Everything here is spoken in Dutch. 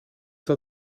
dat